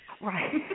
Right